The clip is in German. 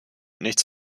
nichts